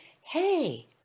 hey